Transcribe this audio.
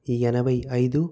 ఎనభై ఐదు